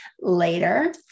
later